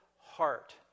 heart